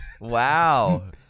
Wow